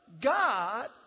God